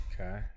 okay